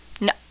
No